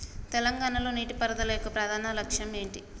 తెలంగాణ లో నీటిపారుదల యొక్క ప్రధాన లక్ష్యం ఏమిటి?